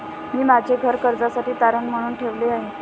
मी माझे घर कर्जासाठी तारण म्हणून ठेवले आहे